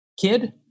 kid